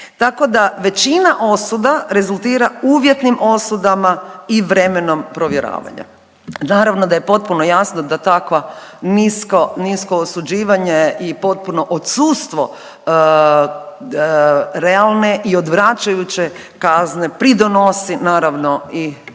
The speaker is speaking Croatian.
Tako da većina osuda rezultira uvjetnim osudama i vremenom provjeravanja. Naravno da je potpuno jasno da takva nisko osuđivanje i potpuno odsustvo realne i odvraćajuće kazne pridonosi naravno i